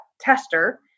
tester